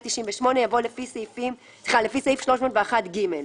במקום "לפי סעיף 298" יבוא "לפי סעיפים 301ג ".